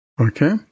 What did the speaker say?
Okay